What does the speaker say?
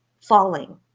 falling